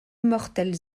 mortelles